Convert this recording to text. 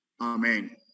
Amen